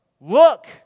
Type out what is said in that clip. look